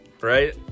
right